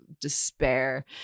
despair